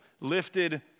lifted